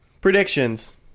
Predictions